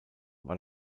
war